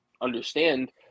understand